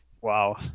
Wow